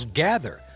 gather